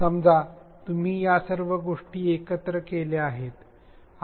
समजा तुम्ही या सर्व गोष्टी केल्या आहेत